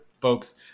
folks